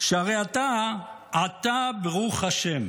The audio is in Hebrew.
"שהרי אתה עתה ברוך ה',